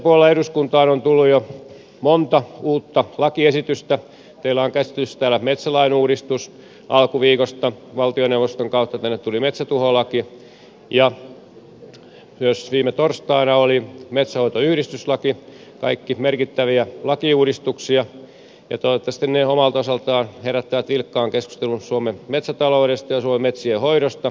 metsäpuolella eduskuntaan on tullut jo monta uutta lakiesitystä teillä on käsittelyssä täällä metsälain uudistus alkuviikosta valtioneuvoston kautta tänne tuli metsätuholaki ja myös viime torstaina oli metsänhoitoyhdistyslaki kaikki merkittäviä lakiuudistuksia ja toivottavasti ne omalta osaltaan herättävät vilkkaan keskustelun suomen metsätaloudesta ja suomen metsien hoidosta